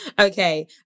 Okay